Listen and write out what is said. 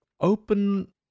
open